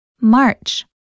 March